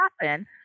happen